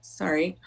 sorry